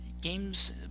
games